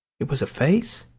it was a face?